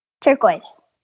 Turquoise